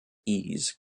ease